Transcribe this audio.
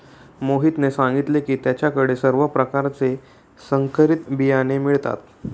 मोहितने सांगितले की त्याच्या कडे सर्व प्रकारचे संकरित बियाणे मिळतात